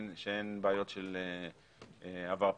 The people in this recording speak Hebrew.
שאין בעיות של עבר פלילי,